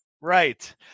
Right